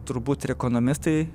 turbūt ir ekonomistai